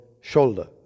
shoulder